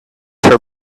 her